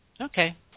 Okay